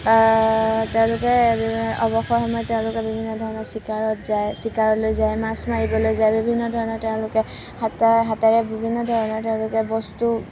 তেওঁলোকে অৱসৰ সময়ত তেওঁলোকে বিভিন্ন ধৰণৰ চিকাৰত যায় চিকাৰলৈ যায় মাছ মাৰিবলৈ যায় বিভিন্ন ধৰণৰ তেওঁলোকে হাতেৰে বিভিন্ন ধৰণৰ তেওঁলোকে বস্তু